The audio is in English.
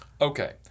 Okay